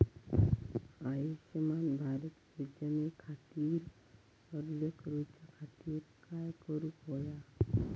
आयुष्यमान भारत योजने खातिर अर्ज करूच्या खातिर काय करुक होया?